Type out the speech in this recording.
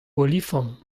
olifant